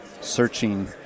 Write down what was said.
searching